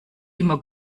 immer